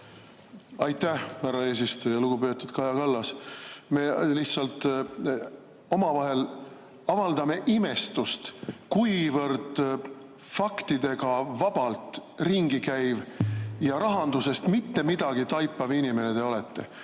Aitäh, härra eesistuja! Lugupeetud Kaja Kallas! Me lihtsalt omavahel avaldame imestust, kuivõrd faktidega vabalt ringi käiv ja rahandusest mitte midagi taipav inimene te olete.